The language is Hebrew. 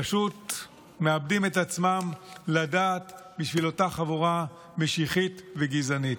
פשוט מאבדים את עצמם לדעת בשביל אותה חבורה משיחית וגזענית.